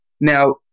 Now